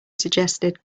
suggested